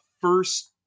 first